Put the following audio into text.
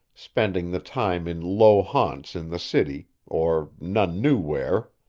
spending the time in low haunts in the city, or none knew where.